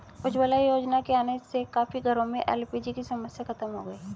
उज्ज्वला योजना के आने से काफी घरों में एल.पी.जी की समस्या खत्म हो गई